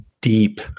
deep